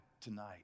tonight